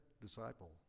disciple